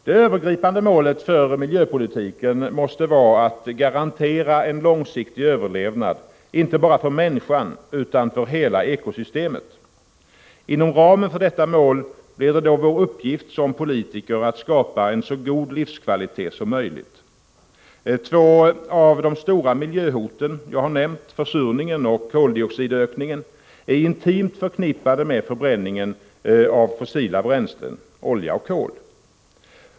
Det övergripande målet för miljöpolitiken måste vara att garantera en långsiktig överlevnad, inte bara för människan utan för hela eko-systemet. Inom ramen för detta mål blir det då vår uppgift som politiker att skapa en så god livskvalitet som möjligt. Två av de stora miljöhoten jag har nämnt, försurningen och koldioxidökningen, är intimt förknippade med förbränningen av fossila bränslen — olja och kol.